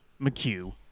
McHugh